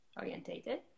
orientated